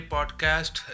Podcast